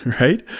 right